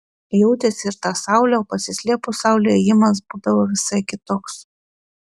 jautėsi ir ta saulė o pasislėpus saulei ėjimas būdavo visai kitoks